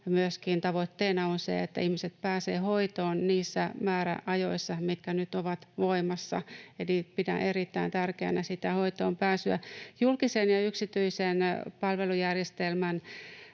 tavoitteena on myöskin se, että ihmiset pääsevät hoitoon niissä määräajoissa, mitkä nyt ovat voimassa. Eli pidän erittäin tärkeänä sitä hoitoonpääsyä. Julkisen ja yksityisen palvelujärjestelmän